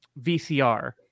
vcr